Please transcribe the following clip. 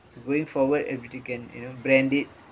going forward and you can you know brand it